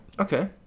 Okay